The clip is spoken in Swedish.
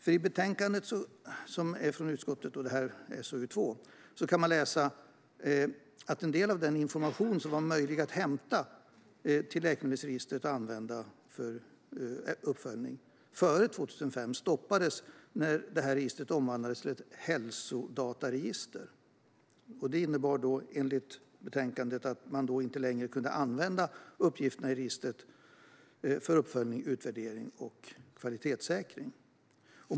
I betänkandet från utskottet och SoU2 kan man läsa att en del av den information som var möjlig att hämta ur läkemedelsregistret och använda för uppföljning före 2005 stoppades när registret omvandlades till ett hälsodataregister. Det innebar, enligt betänkandet, att man inte längre kunde använda uppgifterna i registret för uppföljning, utvärdering och kvalitetssäkring.